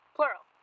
Plural